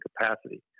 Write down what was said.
capacity